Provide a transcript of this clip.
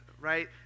right